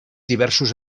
diversos